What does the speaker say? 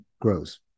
grows